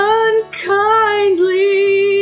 unkindly